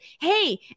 hey